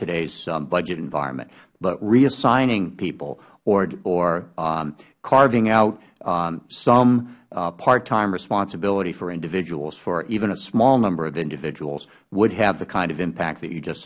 todays budget environment but reassigning people or carving out some part time responsibility for individuals for even a small number of individuals would have the kind of impact that you just